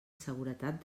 seguretat